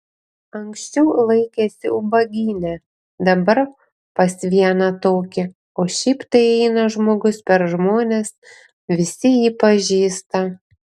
anksčiau laikėsi ubagyne dabar pas vieną tokį o šiaip tai eina žmogus per žmones visi jį pažįsta